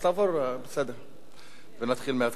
אז תעבור ונתחיל מהתחלה.